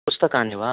पुस्तकानि वा